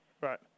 Right